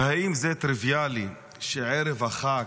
האם זה טריוויאלי שערב החג,